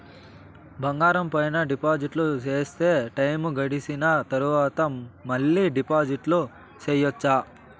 బంగారం పైన డిపాజిట్లు సేస్తే, టైము గడిసిన తరవాత, మళ్ళీ డిపాజిట్లు సెయొచ్చా?